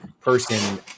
person